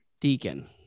Deacon